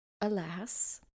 alas